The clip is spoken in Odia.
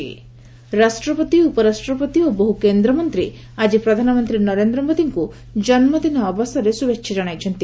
ପିଏମ୍ ବାର୍ଥଡେ ରାଷ୍ଟ୍ରପତି ଉପରାଷ୍ଟ୍ରପତି ଓ ବହି କେନ୍ଦ୍ରମନ୍ତ୍ରୀ ଆଜି ପ୍ରଧାନମନ୍ତ୍ରୀ ନରେନ୍ଦ୍ର ମୋଦିଙ୍କୁ ଜନ୍ମଦିନ ଅବସରରେ ଶୁଭେଛା ଜଣାଇଛନ୍ତି